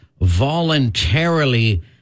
voluntarily